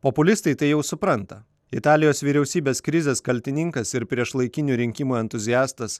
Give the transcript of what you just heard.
populistai tai jau supranta italijos vyriausybės krizės kaltininkas ir priešlaikinių rinkimų entuziastas